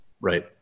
right